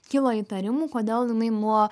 kilo įtarimų kodėl jinai nuo